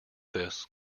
this